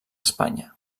espanya